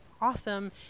awesome